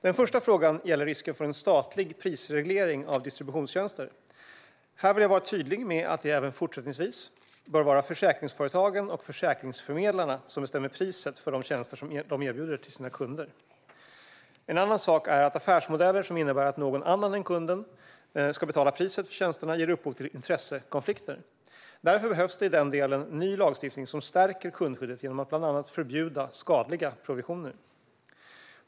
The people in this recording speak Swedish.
Den första frågan gäller risken för en statlig prisreglering av distributionstjänster. Här vill jag vara tydlig med att det även fortsättningsvis bör vara försäkringsföretagen och försäkringsförmedlarna som bestämmer priset för de tjänster som de erbjuder till sina kunder. En annan sak är att affärsmodeller som innebär att någon annan än kunden ska betala priset för tjänsterna ger upphov till intressekonflikter. Därför behövs det i den delen ny lagstiftning som stärker kundskyddet genom att bland annat förbjuda skadliga provisioner.